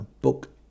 book